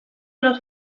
los